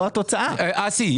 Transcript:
אסי,